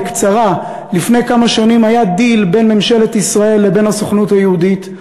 בקצרה: לפני כמה שנים היה דיל בין ממשלת ישראל לבין הסוכנות היהודית,